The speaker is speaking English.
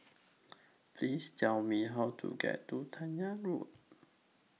Please Tell Me How to get to Dahan Road